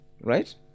Right